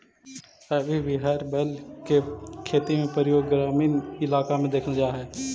अभी भी हर बैल के खेती में प्रयोग ग्रामीण इलाक में देखल जा हई